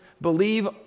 believe